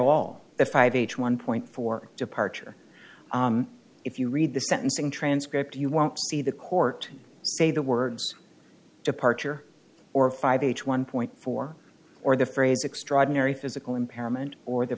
all the five h one point four departure if you read the sentencing transcript you won't see the court say the words departure or five h one point four or the raise extraordinary physical impairment or the